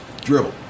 dribble